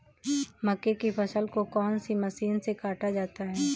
मक्के की फसल को कौन सी मशीन से काटा जाता है?